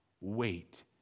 wait